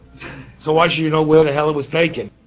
so why should you know where the hell it was taking?